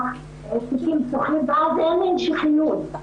לא היו להם תיקים פתוחים ואז אין המשכיות,